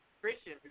Christian